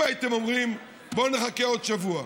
אם הייתם אומרים: בואו נחכה עוד שבוע,